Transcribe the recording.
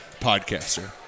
podcaster